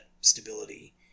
stability